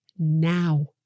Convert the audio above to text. now